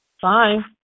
Fine